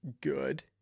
good